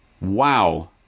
Wow